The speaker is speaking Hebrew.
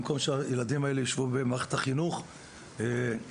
במקום שהילדים האלה יישבו במערכת החינוך וילמדו,